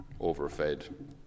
overfed